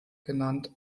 genannt